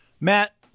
Matt